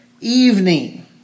evening